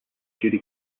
judy